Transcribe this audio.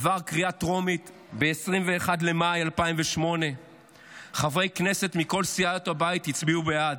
עבר קריאה טרומית ב-21 במאי 2008. חברי כנסת מכל סיעות הבית הצביעו בעד.